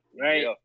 Right